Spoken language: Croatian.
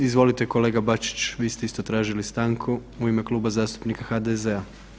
Izvolite kolega Bačić, vi ste isto tražili stanku u ime Kluba zastupnika HDZ-a.